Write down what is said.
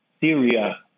Syria